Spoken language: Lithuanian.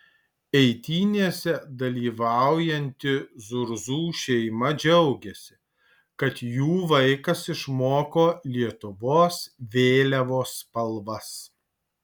eitynėse dalyvaujanti zurzų šeima džiaugiasi kad jų vaikas išmoko lietuvos vėliavos spalvas